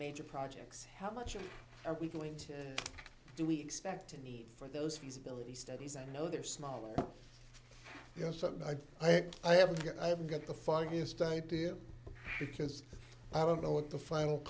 major projects how much are we going to do we expect to meet for those feasibility studies i know they're smaller yes i think i have i haven't got the foggiest idea because i don't know what the final